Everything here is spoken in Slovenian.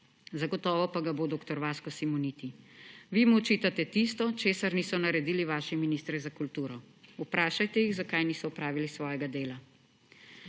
zagotovo pa ga bo dr. Vasko Simoniti. Vi mu očitate tisto, česar niso naredili vaši ministri za kulturo. Vprašajte jih, zakaj niso opravili svojega dela!